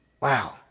Wow